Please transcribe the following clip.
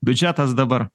biudžetas dabar